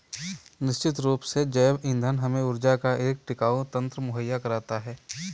निश्चित रूप से जैव ईंधन हमें ऊर्जा का एक टिकाऊ तंत्र मुहैया कराता है